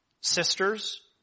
sisters